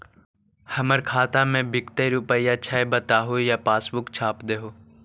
हमर खाता में विकतै रूपया छै बताबू या पासबुक छाप दियो?